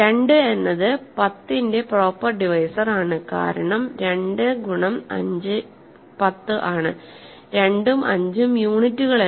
2 എന്നത് 10 ന്റെ proper divisor ആണ് കാരണം 2 ഗുണം 5 10 ആണ് 2 ഉം 5 ഉം യൂണിറ്റുകളല്ല